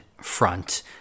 front